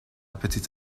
petite